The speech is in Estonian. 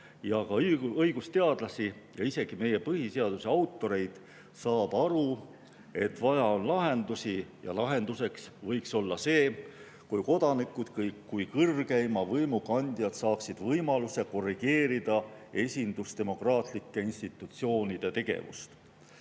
ka õigusteadlasi ja isegi meie põhiseaduse autoreid saab aru, et vaja on lahendusi ja lahenduseks võiks olla see, kui kodanikud kui kõrgeima võimu kandjad saaksid võimaluse korrigeerida esindusdemokraatlike institutsioonide tegevust.